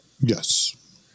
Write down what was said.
Yes